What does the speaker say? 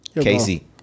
Casey